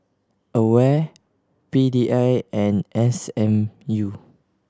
AWARE P D I and S M U